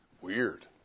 Weird